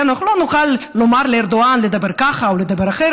אנחנו לא נוכל לומר לארדואן לדבר ככה או לדבר אחרת.